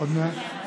עוד מעט.